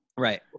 Right